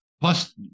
plus